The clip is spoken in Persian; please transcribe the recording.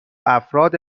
افراد